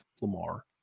Lamar